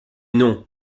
non